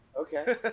Okay